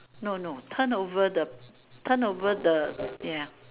no no turn over the turn over the ya